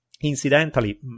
Incidentally